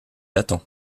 attend